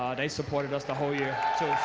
ah they supported us the whole year too.